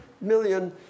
million